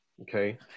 Okay